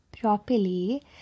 properly